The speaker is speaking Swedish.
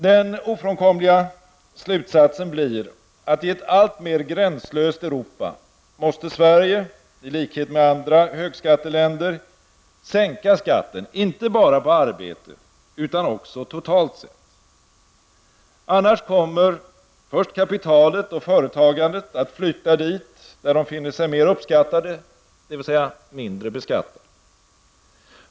Den ofrånkomliga slutsatsen blir att i ett alltmer gränslöst Europa måste Sverige, i likhet med andra högskatteländer, sänka skatten inte bara på arbete utan också totalt sett. Annars kommer först kapitalet och företagandet att flytta dit där de finner sig mer uppskattade, dvs. mindre beskattade.